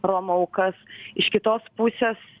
romų aukas iš kitos pusės